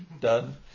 done